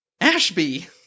Ashby